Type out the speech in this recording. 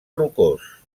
rocós